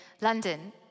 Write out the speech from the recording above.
London